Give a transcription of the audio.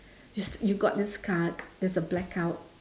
you you got this card there's a blackout